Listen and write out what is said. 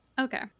Okay